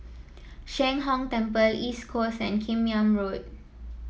Sheng Hong Temple East Coast and Kim Yam Road